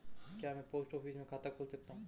क्या मैं post office में खाता खोल सकता हूँ?